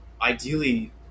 ideally